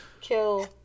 Kill